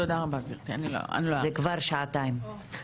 זה כבר שעתיים.